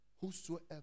whosoever